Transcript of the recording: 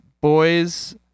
boys